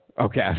Okay